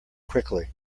quickly